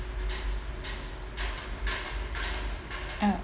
uh